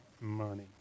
money